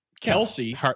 Kelsey